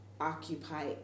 occupy